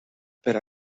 per